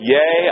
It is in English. Yea